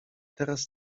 teraz